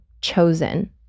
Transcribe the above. chosen